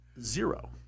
Zero